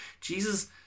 Jesus